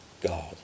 God